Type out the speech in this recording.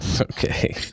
okay